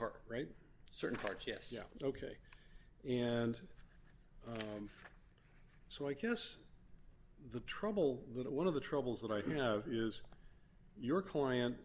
part right certain parts yes yeah ok and so i guess the trouble little one of the troubles that i have is your client